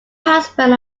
husband